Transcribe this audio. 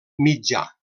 mitjà